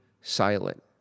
silent